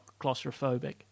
claustrophobic